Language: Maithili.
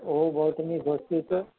ओहो बहुत नीक होस्पिटल